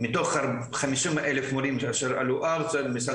בסך